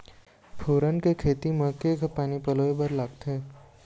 फोरन के खेती म केघा पानी पलोए बर लागथे?